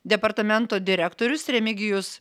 departamento direktorius remigijus